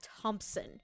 Thompson